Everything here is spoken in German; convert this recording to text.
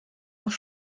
auch